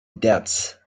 debts